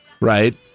right